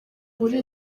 muri